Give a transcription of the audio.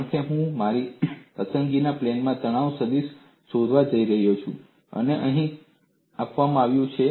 કારણ કે હું મારી પસંદગીના પ્લેનમાં તણાવ સદીશ શોધવા જઈ રહ્યો છું અને તે અહીં આપવામાં આવ્યું છે